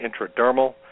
intradermal